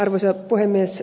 arvoisa puhemies